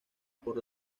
por